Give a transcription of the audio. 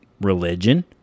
religion